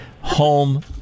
home